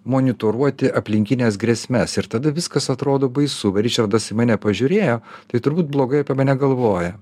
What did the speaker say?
monitoruoti aplinkines grėsmes ir tada viskas atrodo baisu ričardas į mane pažiūrėjo tai turbūt blogai apie mane galvoja